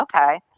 Okay